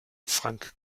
frank